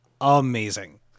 amazing